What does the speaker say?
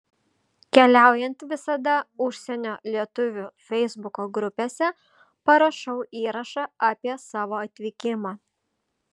keliaujant visada užsienio lietuvių feisbuko grupėse parašau įrašą apie savo atvykimą